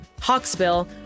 hawksbill